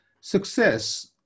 success